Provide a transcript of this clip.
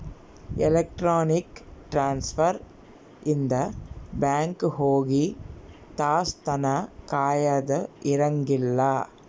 electronic transfer ಇಂದ bank ಹೋಗಿ ತಾಸ್ ತನ ಕಾಯದ ಇರಂಗಿಲ್ಲ